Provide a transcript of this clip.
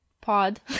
pod